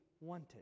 wanted